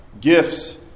gifts